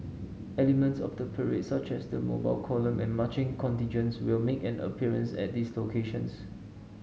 elements of the parade such as the Mobile Column and marching contingents will make an appearance at these locations